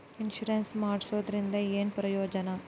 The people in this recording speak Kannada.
ಇನ್ಸುರೆನ್ಸ್ ಮಾಡ್ಸೋದರಿಂದ ಏನು ಪ್ರಯೋಜನ?